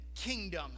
kingdom